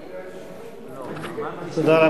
בבקשה.